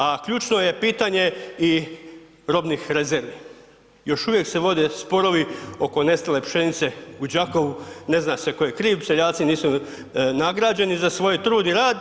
A ključno je pitanje i robnih rezervi, još uvijek se vode sporovi oko nestale pšenice u Đakovu, ne zna se tko je kriv, seljaci nisu nagrađeni za svoj trud, pojeli golubovi.